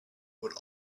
would